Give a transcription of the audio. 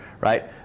right